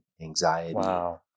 anxiety